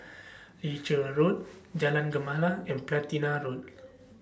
Leuchars Road Jalan Gemala and Platina Road